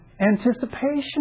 anticipation